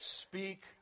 speak